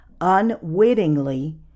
unwittingly